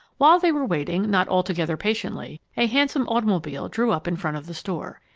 while they were waiting, not altogether patiently, a handsome automobile drew up in front of the store.